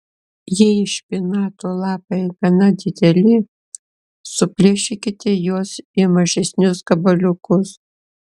jei špinatų lapai gana dideli suplėšykite juos į mažesnius gabaliukus